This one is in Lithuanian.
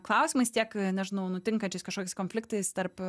klausimais tiek nežinau nutinkančiais kažkokiais konfliktais tarp